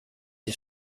die